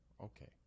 Okay